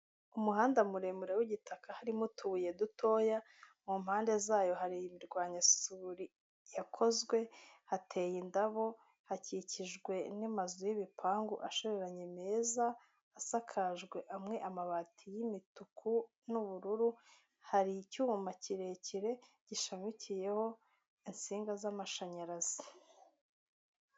Umuhanda muremure w'igitaka harimo utubuye dutoya mu mpande zayo hari imirwanyasuri yakozwe hateye indabo hakikijwe n'amazu y'ibipangu ashoberanye meza asakajwe amwe amabati y'imituku n'ubururu hari icyuma kirekire gishamikiyeho insinga z'amashanyarazi.